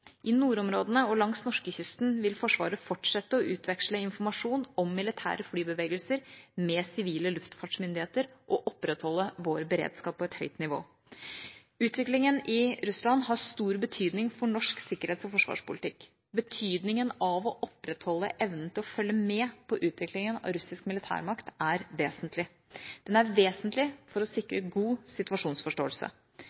I nordområdene og langs norskekysten vil Forsvaret fortsette å utveksle informasjon om militære flybevegelser med sivile luftfartsmyndigheter og opprettholde vår beredskap på et høyt nivå. Utviklingen i Russland har stor betydning for norsk sikkerhets- og forsvarspolitikk. Betydningen av å opprettholde evnen til å følge med på utviklingen av russisk militærmakt er vesentlig. Den er vesentlig for å sikre god situasjonsforståelse.